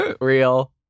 Real